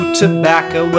tobacco